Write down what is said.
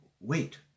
wait